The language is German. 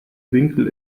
winkel